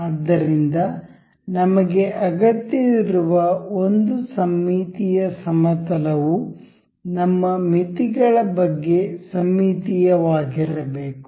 ಆದ್ದರಿಂದ ನಮಗೆ ಅಗತ್ಯವಿರುವ ಒಂದು ಸಮ್ಮಿತಿ ಸಮತಲವು ನಮ್ಮ ಮಿತಿಗಳ ಬಗ್ಗೆ ಸಮ್ಮಿತೀಯವಾಗಿರಬೇಕು